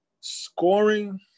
scoring